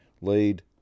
lead